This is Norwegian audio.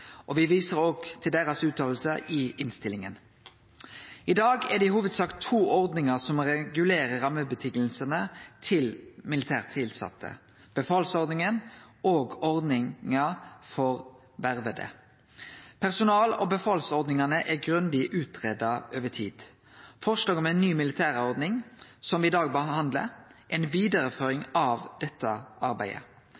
og me viser òg til deira fråsegner i innstillinga. I dag er det i hovudsak to ordningar som regulerer rammevilkåra til militært tilsette: befalsordninga og ordninga for verva. Personell- og befalsordningane er grundig utgreidde over tid. Forslaget om ei ny militærordning, som me i dag behandlar, er ei vidareføring